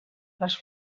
les